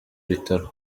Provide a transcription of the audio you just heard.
bitaro